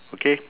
okay